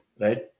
right